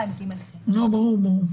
ברור.